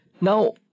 Now